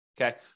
Okay